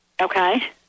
Okay